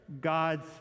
God's